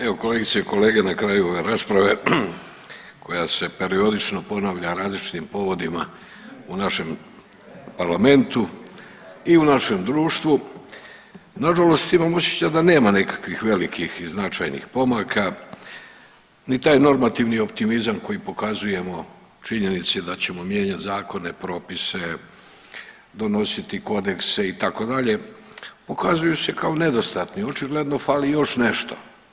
Evo, kolegice i kolege, na kraju ove rasprave, koja se periodično ponavlja različitim povodima u našem parlamentu i u našem društvu, nažalost imam osjećaj da nema nekakvih velikih i značajnih pomaka, ni taj normativni optimizam koji pokazujemo činjenici da ćemo mijenjati zakone, propise, donositi kodekse, itd., pokazuju se kao nedostatni, očigledno fali još nešto.